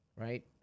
right